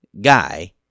guy